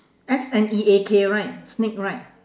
S N E A K right sneak right